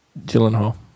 Gyllenhaal